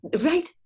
Right